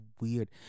weird